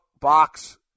box